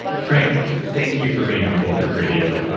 frank, thank you for being on bulletproof radio.